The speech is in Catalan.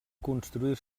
construir